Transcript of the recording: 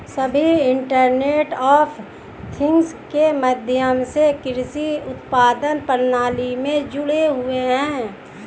सभी internet of things के माध्यम से कृषि उत्पादन प्रणाली में जुड़े हुए हैं